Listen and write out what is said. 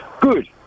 Good